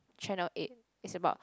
channel eight it's about